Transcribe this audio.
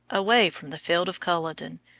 away from the field of culloden,